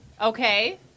Okay